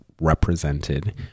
represented